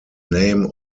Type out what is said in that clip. name